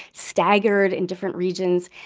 staggered in different regions.